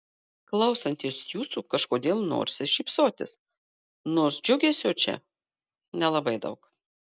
klausantis jūsų kažkodėl norisi šypsotis nors džiugesio čia nelabai daug